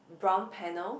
brown panel